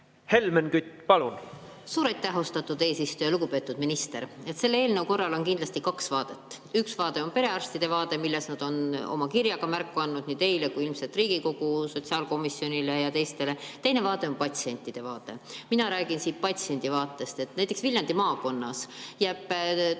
Helmen Kütt, palun! Suur aitäh, austatud eesistuja! Lugupeetud minister! Selle eelnõu korral on kindlasti kaks vaadet. Üks vaade on perearstide vaade, millest nad on oma kirjaga märku andnud nii teile kui ilmselt ka Riigikogu sotsiaalkomisjonile ja teistele. Teine vaade on patsiendi vaade. Mina räägin siit patsiendi vaatest. Näiteks Viljandi maakonnas jääb tuhandeid